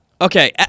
okay